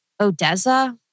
Odessa